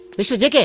mr jk.